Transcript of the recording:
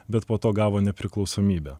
bet po to gavo nepriklausomybę